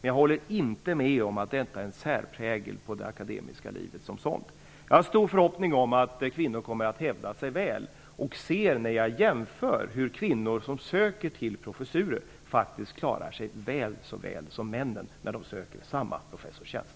Jag håller inte med om att detta är en särprägel på det akademiska livet. Jag har stora förhoppningar om att kvinnor kommer att hävda sig väl. Kvinnor klarar sig väl så bra som männen när de söker samma professorstjänst.